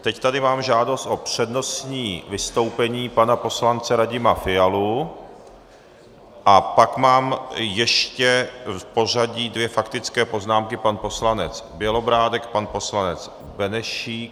Teď tady mám žádost o přednostní vystoupení pana poslance Radima Fialy a pak mám ještě v pořadí dvě faktické poznámky pan poslanec Bělobrádek, pan poslanec Benešík.